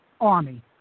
army